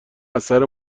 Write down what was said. اثر